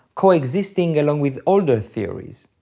coexisting along with older theories.